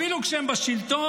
אפילו כשהם בשלטון,